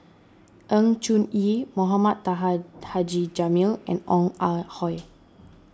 Sng Choon Yee Mohamed Taha Haji Jamil and Ong Ah Hoi